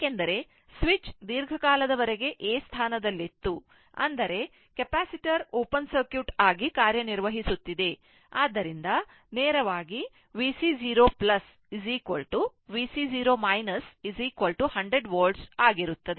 ಏಕೆಂದರೆ ಸ್ವಿಚ್ ದೀರ್ಘಕಾಲದವರೆಗೆ A ಸ್ಥಾನದಲ್ಲಿತ್ತು ಅಂದರೆ ಕೆಪಾಸಿಟರ್ ಓಪನ್ ಸರ್ಕ್ಯೂಟ್ ಆಗಿ ಕಾರ್ಯನಿರ್ವಹಿಸುತ್ತಿದೆ ಆದ್ದರಿಂದ ನೇರವಾಗಿ VC 0 VC 0 100 volt ಆಗಿರುತ್ತದೆ